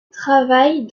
travaille